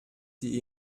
die